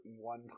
one